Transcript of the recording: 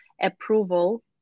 approval